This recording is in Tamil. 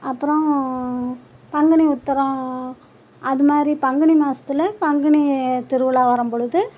அப்புறம் பங்குனி உத்திரம் அது மாதிரி பங்குனி மாதத்துல பங்குனி திருவிழா வரும் பொழுது